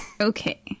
Okay